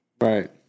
Right